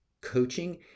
coaching